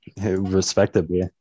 Respectively